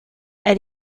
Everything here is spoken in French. elle